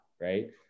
right